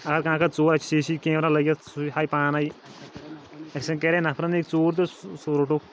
اَگر ژوٗر اَتہِ سی سی کیمرا لٔگِتھ سُے ہاے پانَے کرے نفرَن أکۍ ژوٗر تہٕ سُہ روٚٹُکھ